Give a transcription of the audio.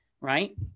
Right